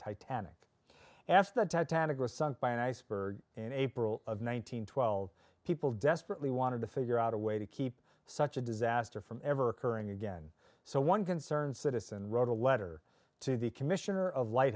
titanic asked the titanic was sunk by an iceberg in april of one hundred twelve people desperately wanted to figure out a way to keep such a disaster from ever occurring again so one concerned citizen wrote a letter to the commissioner of